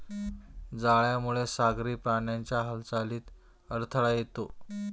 जाळ्यामुळे सागरी प्राण्यांच्या हालचालीत अडथळा येतो